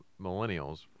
millennials